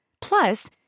Plus